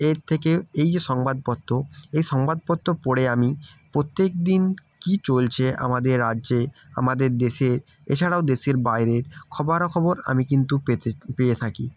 এর থেকে এই যে সংবাদপত্র এই সংবাদপত্র পড়ে আমি প্রত্যেকদিন কী চলছে আমাদের রাজ্যে আমাদের দেশে এছাড়াও দেশের বাইরের খবরাখবর আমি কিন্তু পেতে পেয়ে থাকি